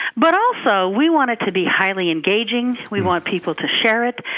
but also, we want it to be highly engaging. we want people to share it.